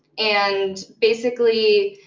and basically,